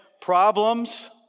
problems